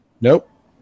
Nope